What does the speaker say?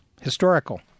historical